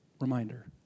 reminder